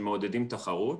שמעודדים תחרות.